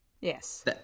Yes